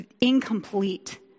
incomplete